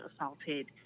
assaulted